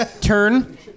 Turn